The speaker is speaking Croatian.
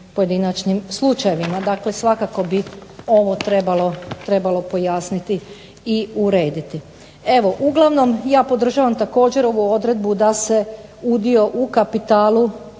pojedinačnim slučajevima. Dakle, svakako bi ovo trebalo pojasniti i urediti. Evo, uglavnom ja podržavam također ovu odredbu da se udio u kapitalu